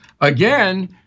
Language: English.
again